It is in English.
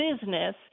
business